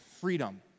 freedom